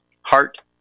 heart